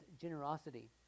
generosity